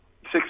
six